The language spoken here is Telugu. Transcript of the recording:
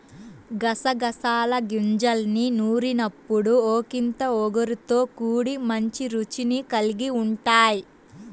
గసగసాల గింజల్ని నూరినప్పుడు ఒకింత ఒగరుతో కూడి మంచి రుచిని కల్గి ఉంటయ్